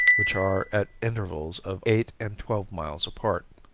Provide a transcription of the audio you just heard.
which are at intervals of eight and twelve miles apart.